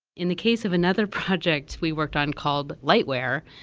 in the case of another project we worked on called lightwear,